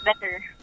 better